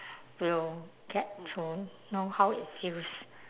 will get to know how it feels